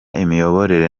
imiyoborere